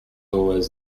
always